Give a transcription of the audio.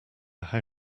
how